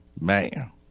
man